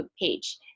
page